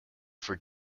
for